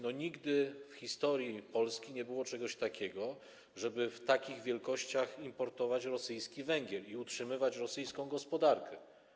Nigdy w historii Polski nie było czegoś takiego, żeby w takich ilościach importować rosyjski węgiel i utrzymywać rosyjską gospodarkę.